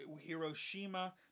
Hiroshima